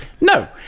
No